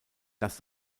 dass